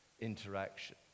interaction